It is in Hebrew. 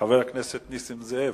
לחבר הכנסת נסים זאב.